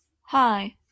hi